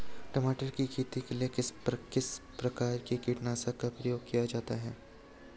टमाटर की खेती के लिए किस किस प्रकार के कीटनाशकों का प्रयोग किया जाता है?